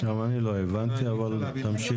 גם אני לא הבנתי, אבל תמשיכי.